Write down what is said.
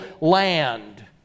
land